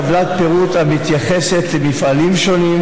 קיבלתי טבלת פירוט המתייחסת למפעלים שונים